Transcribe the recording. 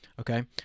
okay